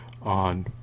on